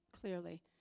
clearly